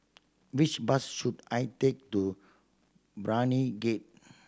which bus should I take to Brani Gate